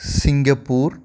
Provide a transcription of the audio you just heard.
Singapore